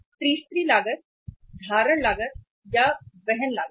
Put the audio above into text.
तीसरी लागत धारण लागत या वहन लागत है